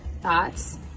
thoughts